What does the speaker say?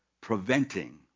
preventing